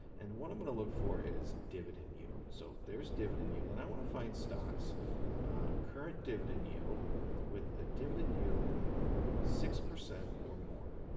and what i'm going to look for is dividend yield. so there's dividend yield, and i want to find stocks current dividend yield with a dividend yield of six percent or more.